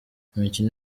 imikino